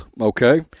okay